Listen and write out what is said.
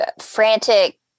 frantic